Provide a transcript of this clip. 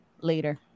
later